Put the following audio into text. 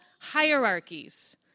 hierarchies